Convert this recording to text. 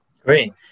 Great